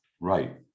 Right